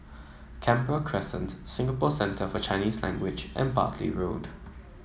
Canberra Crescent Singapore Centre For Chinese Language and Bartley Road